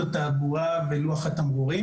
התמרורים.